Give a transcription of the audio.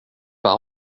pas